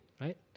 right